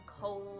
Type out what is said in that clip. cold